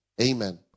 Amen